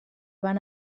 van